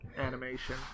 animation